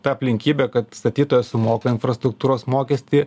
ta aplinkybė kad statytojas sumoka infrastruktūros mokestį